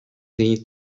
need